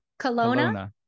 Kelowna